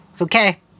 Okay